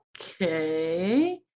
okay